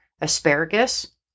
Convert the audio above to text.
asparagus